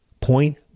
Point